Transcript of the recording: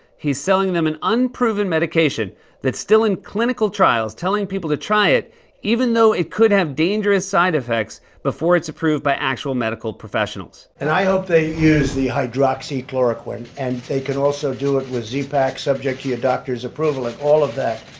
he's selling them an unproven medication that's still in clinical trials, telling people to try it even though it could have dangerous side effects before it's approved by actual medical professionals. and i hope they use the hydroxychloroquine, and they can also do it with z-pak, subject to your doctor's approval and all of that,